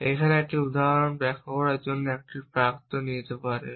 এবং এখানে একটি উদাহরণ ব্যাখ্যা করার জন্য একটি প্রাক্তন নিতে পারে